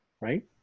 right